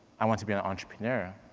i want to be an entrepreneur.